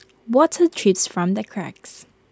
water drips from the cracks